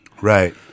Right